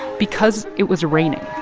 because it was raining